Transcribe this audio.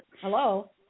Hello